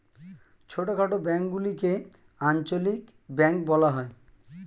ছোটখাটো ব্যাঙ্কগুলিকে আঞ্চলিক ব্যাঙ্ক বলা হয়